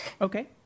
Okay